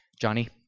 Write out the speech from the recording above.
Johnny